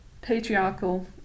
patriarchal